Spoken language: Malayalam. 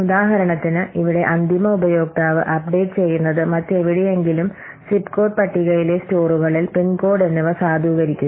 ഉദാഹരണത്തിന് ഇവിടെ അന്തിമ ഉപയോക്താവ് അപ്ഡേറ്റ് ചെയ്യുന്നത് മറ്റെവിടെയെങ്കിലും സിപ്പ് കോഡ് പട്ടികയിലെ സ്റ്റോറുകളിൽ പിൻ കോഡ് എന്നിവ സാധൂകരിക്കുക